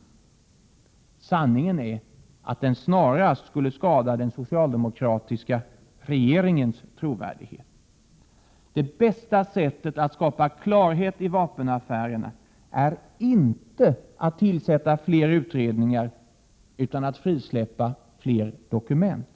Men sanningen är den att den snarast skulle skada den socialdemokratiska regeringens trovärdighet. Det bästa sättet att skapa klarhet i vapenaffärerna är inte att tillsätta fler utredningar utan att frisläppa fler dokument.